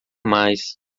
mais